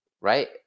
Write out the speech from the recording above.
right